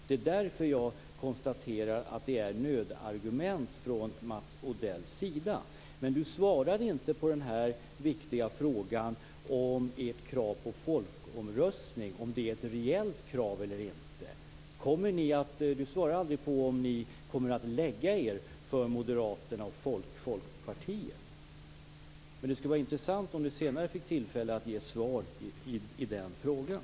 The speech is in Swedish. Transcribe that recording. Det är därför jag konstaterar att det är nödargument från Men Mats Odell svarade inte på den viktiga frågan om ert krav på folkomröstning är ett reellt krav eller inte. Mats Odell svarade aldrig på om ni kommer att lägga er för Moderaterna och Folkpartiet. Det skulle vara intressant om Mats Odell vid senare tillfälle kunde ge svar på frågan.